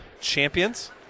Champions